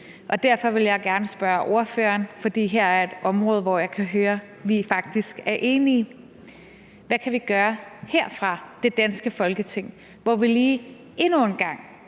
derfor vil jeg gerne spørge ordføreren, for her er et område, hvor jeg kan høre, at vi faktisk er enige: Hvad kan vi gøre her fra det danske Folketing, hvor vi lige endnu en gang,